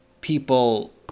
people